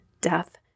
death